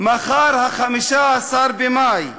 מחר, 15 במאי,